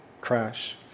crash